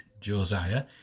Josiah